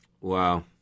Wow